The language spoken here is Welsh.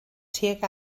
tuag